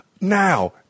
Now